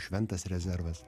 šventas rezervas